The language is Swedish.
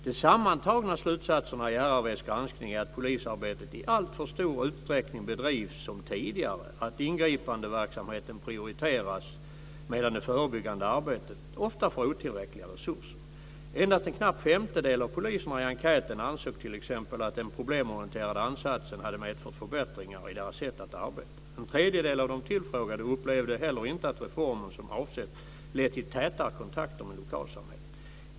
De sammantagna slutsatserna i RRV:s granskning är att polisarbetet i alltför stor utsträckning bedrivs som tidigare och att ingripandeverksamheten prioriteras, medan det förebyggande arbetet ofta får otillräckliga resurser. Endast en knapp femtedel av poliserna i enkäten ansåg t.ex. att den problemorienterade ansatsen hade medfört förbättringar i deras sätt att arbeta. En tredjedel av de tillfrågade upplevde heller inte att reformen som avsett lett till tätare kontakter med lokalsamhället.